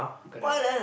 correct